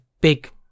big